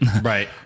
Right